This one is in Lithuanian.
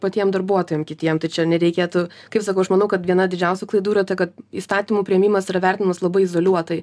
patiem darbuotojam kitiem tai čia nereikėtų kaip sakau aš manau kad viena didžiausių klaidų yra ta kad įstatymų priėmimas yra vertinamas labai izoliuotai